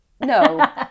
no